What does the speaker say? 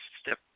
step